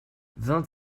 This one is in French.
vingt